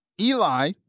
Eli